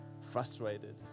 frustrated